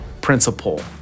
principle